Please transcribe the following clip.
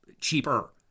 Cheaper